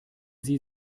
sie